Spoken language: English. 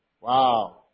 Wow